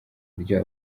buryo